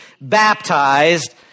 baptized